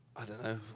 i don't know,